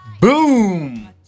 Boom